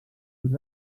els